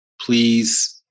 please